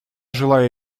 желаю